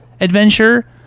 adventure